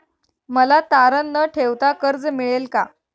मला तारण न ठेवता कर्ज मिळेल का?